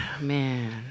man